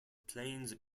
plains